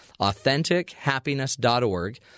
AuthenticHappiness.org